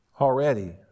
already